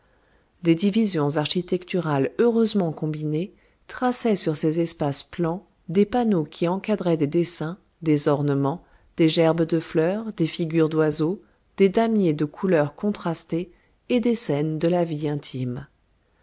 des divisions architecturales heureusement combinées traçaient sur ces espaces plans des panneaux qui encadraient des dessins des ornements des gerbes de fleurs des figures d'oiseaux des damiers de couleurs contrastées et des scènes de la vie intime